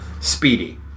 Speedy